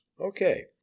Okay